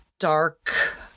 Dark